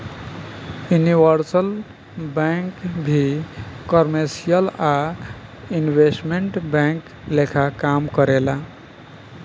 universal bank भी commercial आ investment bank लेखा काम करेले